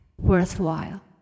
worthwhile